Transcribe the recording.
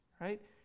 Right